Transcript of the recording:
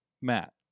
Matt